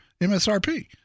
MSRP